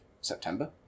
September